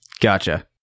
Gotcha